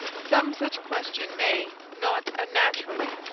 some such question may, not unnaturally,